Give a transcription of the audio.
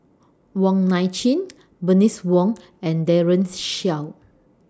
Wong Nai Chin Bernice Wong and Daren Shiau